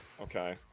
Okay